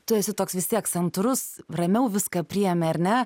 tu esi toks vis tiek santūrus ramiau viską priemi ar ne